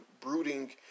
brooding